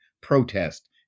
protest